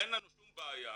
אין לנו שום בעיה